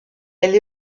elle